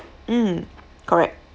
mm correct